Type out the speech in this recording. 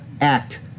act